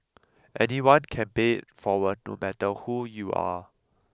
anyone can pay it forward no matter who you are